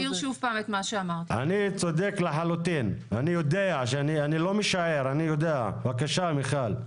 אני יודע, אני לא משער אני יודע, בבקשה מיכל.